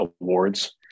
awards